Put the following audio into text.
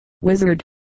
wizard